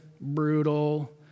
brutal